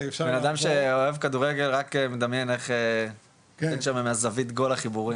בן אדם שאוהב כדורגל רק מדמיין איך הוא עומד שם מהזווית גול לחיבורים.